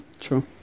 true